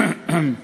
אדוני